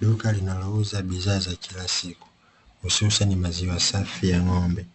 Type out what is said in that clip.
Duka linalouza bidhaa za kila siku hususani maziwa safi ya ng'ombe,